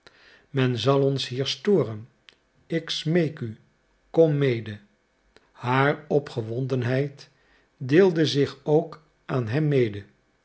men zal ons hier storen ik smeek u kom mede haar opgewondenheid deelde zich ook aan hem mede